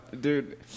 Dude